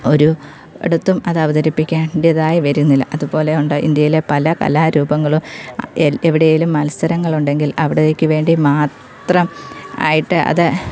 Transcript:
ഒരു ഇടത്തും അതവതരിപ്പിക്കേണ്ടിയതായി വരുന്നില്ല അതുപോലെ ഉണ്ട് ഇന്ത്യയിലെ പല കലാരൂപങ്ങളും എ എവിടേലും മത്സരങ്ങളുണ്ടങ്കിൽ അവിടേക്ക് വേണ്ടി മാത്രം ആയിട്ട് അത്